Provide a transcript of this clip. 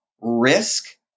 risk